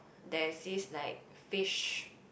they seek like fish